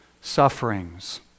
sufferings